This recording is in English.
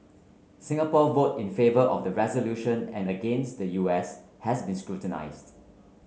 Singapore vote in favour of the resolution and against the U S has been scrutinised